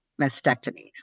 mastectomy